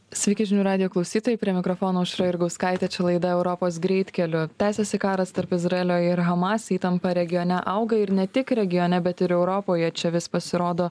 sveiki žinių radijo klausytojai prie mikrofono aušra jurgauskaitė čia laida europos greitkeliu tęsiasi karas tarp izraelio ir hamas įtampa regione auga ir ne tik regione bet ir europoje čia vis pasirodo